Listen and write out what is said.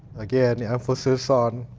again, emphasis on